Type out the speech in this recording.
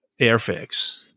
Airfix